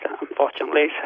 unfortunately